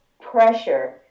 pressure